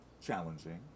challenging